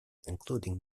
including